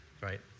right